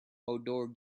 outdoor